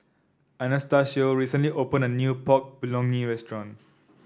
Anastacio recently opened a new Pork Bulgogi Restaurant